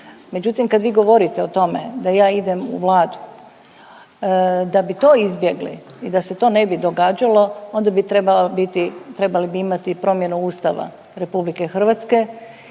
Međutim, kad vi govorite o tome da ja idem u Vladu, da bi to izbjegli i da se to ne bi događalo, onda bi trebao biti, trebali bi imati